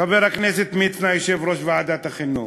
חבר הכנסת מצנע, יושב-ראש ועדת החינוך,